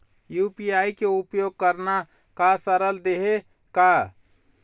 UPI के उपयोग करना का सरल देहें का?